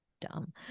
dumb